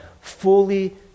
fully